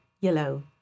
yellow